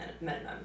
minimum